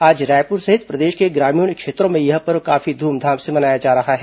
आज रायपुर सहित प्रदेश के ग्रामीण क्षेत्रों में यह पर्व काफी धूमधाम से मनाया जा रहा है